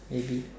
maybe